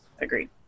agreed